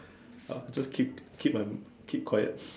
ah just keep keep my keep quiet